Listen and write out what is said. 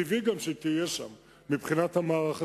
טבעי גם שהיא תהיה שם, מבחינת המערך הצבאי.